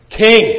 King